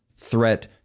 threat